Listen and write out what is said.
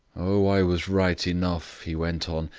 oh, i was right enough, he went on,